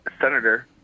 senator